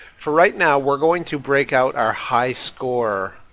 for right now, we're going to break out our high score